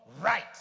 Right